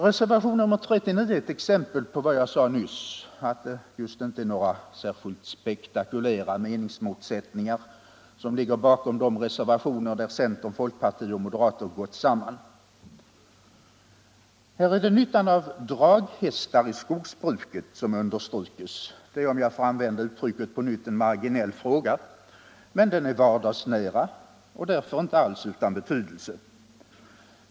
Reservationen 39 är ett exempel på vad jag sade nyss, att det just inte är några särskilt spektakulära meningsmotsättningar som ligger bakom de reservationer där centern, folkpartiet och moderata samlingspartiet har gått samman. Här är det nyttan av draghästar i skogsbruket som understryks. Det är, om jag får använda uttrycket på nytt, en marginell fråga. Men den är vardagsnära och därför inte alls utan betydelse.